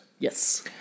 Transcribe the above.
Yes